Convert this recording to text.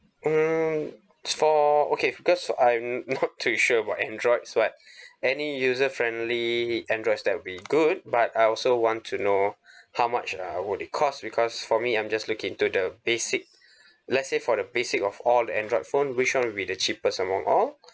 mm for okay because I'm not too sure what androids what any user friendly androids that will be good but I also want to know how much uh would it cost because for me I'm just look into the basic let's say for the basic of all android phone which one would be the cheapest among all